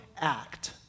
act